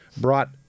brought